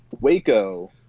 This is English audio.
Waco